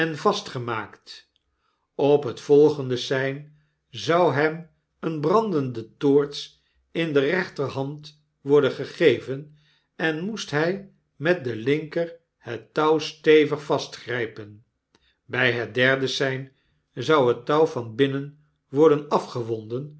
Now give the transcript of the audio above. vastgemaakt op het volgende sein zou hem eene brandende toorts in de rechterhand worden gegeven en moest hy met de linker het touw stevigvastgrypen by het derde sein zou het touw van binnen worden afgewonden